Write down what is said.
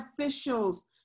officials